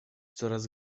coraz